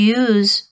use